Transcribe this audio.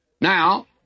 Now